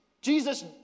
Jesus